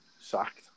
sacked